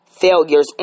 failures